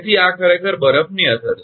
તેથી આ ખરેખર બરફની અસર છે